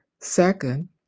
Second